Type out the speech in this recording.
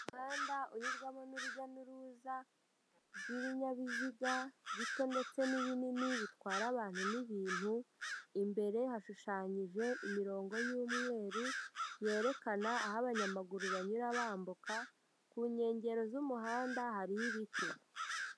Umuhanda unyurwamo n'urujya n'uruza, rw'ibinyabiziga, bito ndetse n'ibinini, bitwara abantu n'ibintu, imbere hashushanyije imirongo y'umweru, yerekana aho abanyamaguru banyura bambuka, ku nkengero z'umuhanda hariho ibiti.